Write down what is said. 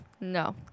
No